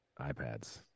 iPads